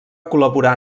col·laborar